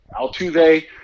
Altuve